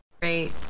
great